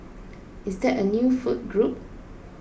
is that a new food group